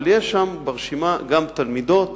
אבל ברשימה יש גם תלמידות